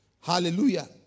Hallelujah